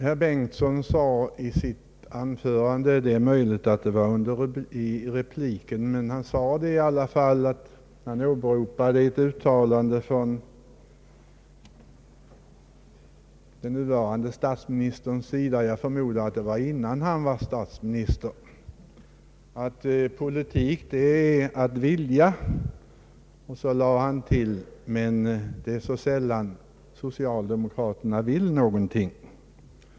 Herr Bengtson åberopade ett uttalande från den nuvarande statsministern — jag förmodar innan han blev statsminister — att politik är att vilja, och han tillade: Men det är så sällan socialdemokraterna vill någonting.